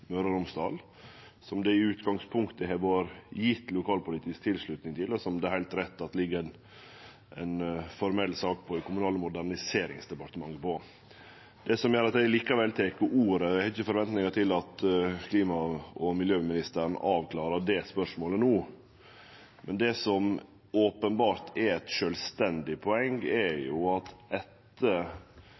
Møre og Romsdal, som det i utgangspunktet har vore gjeve lokalpolitisk tilslutning til, og som det – heilt rett – ligg ei formell sak på i Kommunal- og moderniseringsdepartementet. Det som gjer at eg likevel tek ordet, er ikkje at eg ventar at klima- og miljøministeren avklarer det spørsmålet no. Det som openbert er eit sjølvstendig poeng, er at